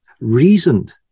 reasoned